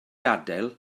adael